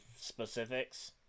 specifics